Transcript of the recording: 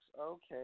Okay